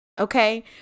okay